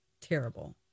Terrible